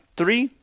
three